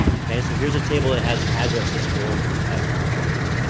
okay, so here's a table that has addresses for, i assume, people